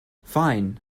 fine